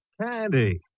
Candy